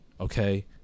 Okay